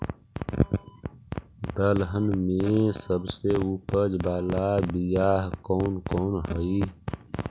दलहन में सबसे उपज बाला बियाह कौन कौन हइ?